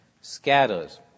scatters